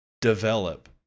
develop